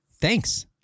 Thanks